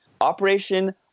Operation